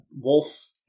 wolf